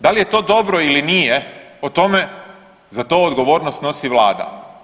Da li je to dobro ili nije o tome, za to odgovornost snosi vlada.